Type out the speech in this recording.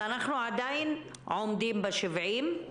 אנחנו עדיין עומדים ב-70?